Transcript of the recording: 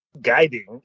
guiding